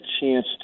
chance